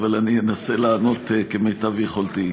אבל אני אנסה לענות כמיטב יכולתי.